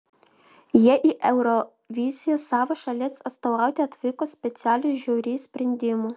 jie į euroviziją savo šalies atstovauti atvyko specialios žiuri sprendimu